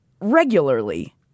regularly